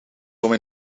zou